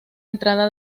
entrada